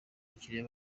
bakiliya